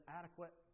adequate